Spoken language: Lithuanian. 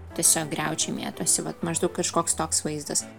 tiesiog griaučiai mėtosi vat maždaug kažkoks toks vaizdas